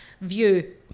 view